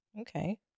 Okay